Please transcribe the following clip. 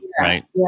right